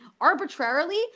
arbitrarily